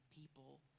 people